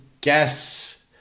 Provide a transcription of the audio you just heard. Guess